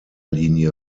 linie